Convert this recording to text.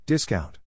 Discount